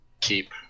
keep